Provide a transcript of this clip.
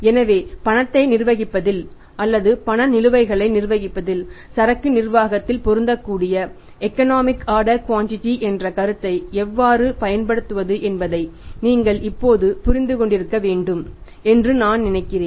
எனவே பணத்தை நிர்வகிப்பதில் அல்லது பண நிலுவைகளை நிர்வகிப்பதில் சரக்கு நிர்வாகத்தில் பொருந்தக்கூடிய எக்கனாமிக் ஆர்டர் குவாண்டிட என்ற கருத்தை எவ்வாறு பயன்படுத்துவது என்பதை நீங்கள் இப்போது புரிந்து கொண்டிருக்க வேண்டும் என்று நான் நினைக்கிறேன்